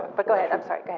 but go ahead, i'm sorry. go